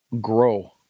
grow